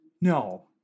No